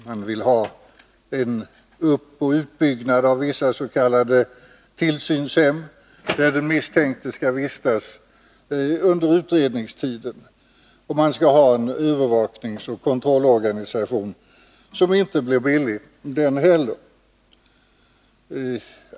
Man vill ha en uppoch utbyggnad av vissa s.k. tillsynshem, där den misstänkte skall vistas under utredningstiden. Och man vill ha en övervakningsoch kontrollorganisation som inte heller den blir billig.